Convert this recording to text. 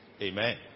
Amen